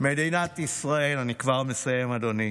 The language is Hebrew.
אני כבר מסיים, אדוני.